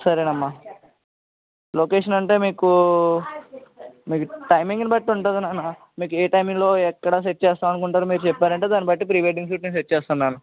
సరేనమ్మా లొకేషన్ అంటే మీకు మీకు టైమింగ్ని బట్టి ఉంటుంది నాన్న మీకు ఏ టైమింగ్లో ఎక్కడ సెట్ చేస్తాం అనుకుంటారో మీరు చెప్పారంటే దాన్ని బట్టి ప్రీ వెడ్డింగ్ షూట్ నేను సెట్ చేస్తాను నాన్న